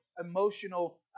emotional